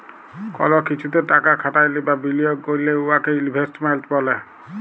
call কিছুতে টাকা খাটাইলে বা বিলিয়গ ক্যইরলে উয়াকে ইলভেস্টমেল্ট ব্যলে